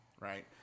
right